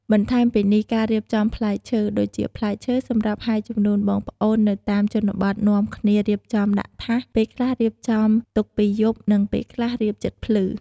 បន្ថែមពីនេះការរៀបចំំផ្លែឈើ ដូចជាផ្លែឈើសម្រាប់ហែរជំនួនបងប្អូននៅតាមជនបទនាំគ្នារៀបចំដាក់ថាស ពេលខ្លះរៀបចំទុកពីយប់និងពេលខ្លះរៀបជិតភ្លឺ។